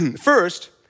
First